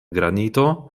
granito